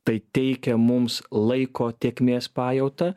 tai teikia mums laiko tėkmės pajautą